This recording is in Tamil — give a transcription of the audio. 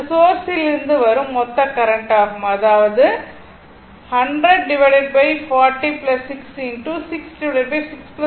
இது சோர்ஸிலிருந்து வரும் மொத்த கரண்ட் ஆகும் அதாவது ஆகும்